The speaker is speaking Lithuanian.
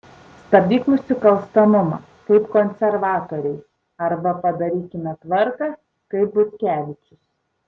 stabdyk nusikalstamumą kaip konservatoriai arba padarykime tvarką kaip butkevičius